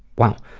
wow.